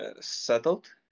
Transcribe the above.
settled